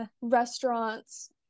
restaurants